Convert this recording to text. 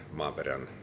maaperän